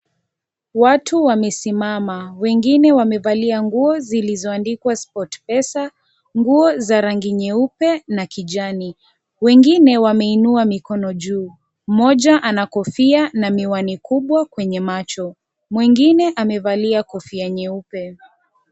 Watu wamesimama. Wengine wamevalia nguo zilizoandikwa Sport-Pesa. Nguo za rangi nyeupe na kijani. Wengine wameinua mikono juu. Mmoja ana kofia na miwani kubwa kwenye macho. Mwingine amevalia kofia nyeupe.